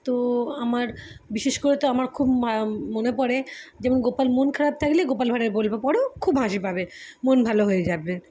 তো আমার বিশেষ করে তো আমার খুব মা মনে পড়ে যেমন গোপাল মন খারাপ থাকলে গোপাল ভাঁড়ের গল্প পড়ো খুব হাসি পাবে মন ভালো হয়ে যাবে